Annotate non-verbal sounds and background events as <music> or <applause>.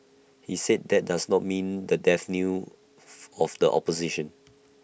he said that does not mean the death knell <noise> of the opposition